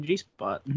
G-spot